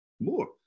more